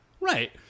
Right